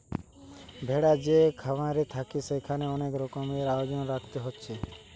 ভেড়া যে খামারে থাকছে সেখানে অনেক রকমের আয়োজন রাখতে হচ্ছে